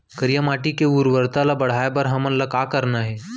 करिया माटी के उर्वरता ला बढ़ाए बर हमन ला का करना हे?